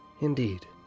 Indeed